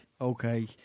okay